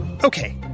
Okay